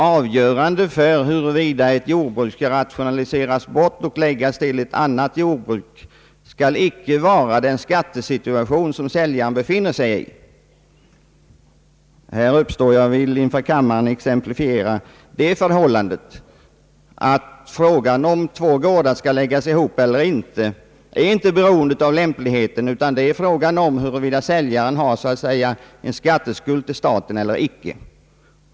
Avgö rande för huruvida ett jordbruk skall rationaliseras bort och läggas till ett annat jordbruk får icke vara den skattesituation som säljaren befinner sig i. Jag vill inför kammaren exemplifiera vad ett bifall till motionärernas krav skulle innebära. Frågan huruvida två gårdar skall läggas samman kommer då att i realiteten avgöras icke av huruvida en sådan sammanläggning i och för sig är lämplig, utan av huruvida säljaren har en skatteskuld till staten eller icke.